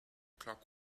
clock